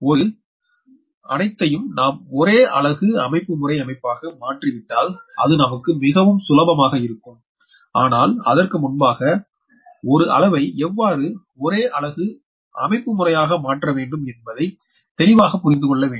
ஒருமுறை அனைத்தையும் நாம் ஒரே அலகு அமைப்புமுறை அமைப்பாக மாற்றிவிட்டால்அது நமக்கு மிகவும் சுலபமாக இருக்கும் அனால் அதற்கு முன்பாக ஒரு அளவை எவ்வாறு ஒரே அலகு அமைப்புமுறையாக மற்ற வேண்டும் என்பதை தெளிவாக புரிந்துகொள்ள வேண்டும்